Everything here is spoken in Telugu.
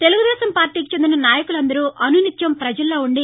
తెలుగుదేశం పార్టీకి చెందిన నాయకులు అందరూ అనునిత్యం ప్రజలలో ఉండి